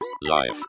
life